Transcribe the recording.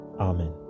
Amen